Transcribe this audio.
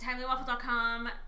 TimelyWaffle.com